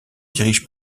dirige